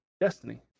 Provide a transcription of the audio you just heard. Destiny